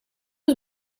was